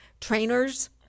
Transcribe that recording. trainers